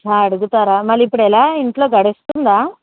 చ్చా అడుగుతారా మళ్ళీ ఇప్పుడు ఎలా ఇంట్లో గడుస్తుందా